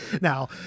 now